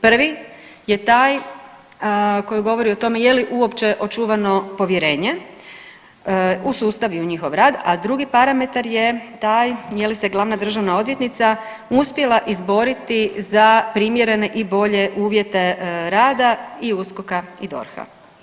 Prvi je taj koji govori o tome je li uopće očuvano povjerenje u sustav i u njihov rad, a drugi parametar je taj je li se glavna državna odvjetnica uspjela izboriti za primjerene i bolje uvjete rada i USKOK-a i DORH-a.